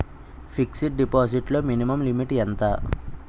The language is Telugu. ఫిక్సడ్ డిపాజిట్ లో మినిమం లిమిట్ ఎంత?